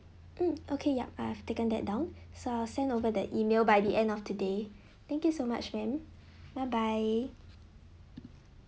mm okay yup I have taken that down so I'll send over the email by the end of today thank you so much ma'am bye bye